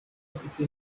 ufite